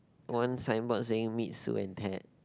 one sign board saying meet Sue and Ted